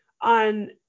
on